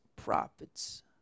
prophets